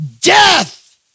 death